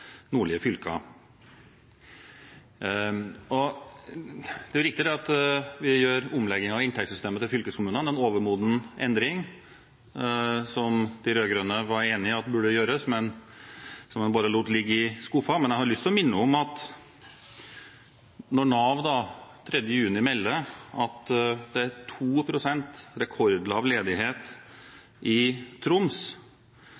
nordlige fylker. Det er riktig at vi gjør omleggingen av inntektssystemet til fylkeskommunene – en overmoden endring som de rød-grønne var enig i at burde gjøres, men som de bare lot ligge i skuffen. Men jeg har lyst til å minne om at Nav den 3. juni melder at det er 2 pst. – rekordlav